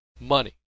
money